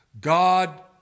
God